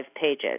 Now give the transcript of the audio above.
pages